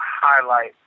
highlight